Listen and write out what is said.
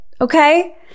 okay